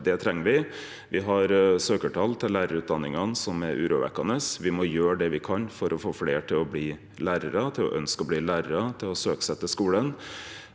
Det treng me. Me har søkjartal til lærarutdanningane som er urovekkjande. Me må gjere det me kan for å få fleire til å bli lærar, til å ønskje å bli lærar, til å søkje seg